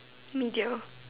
media